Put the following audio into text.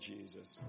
Jesus